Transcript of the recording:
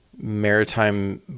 maritime